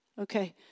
okay